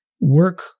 work